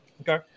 Okay